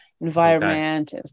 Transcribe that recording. environment